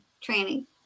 training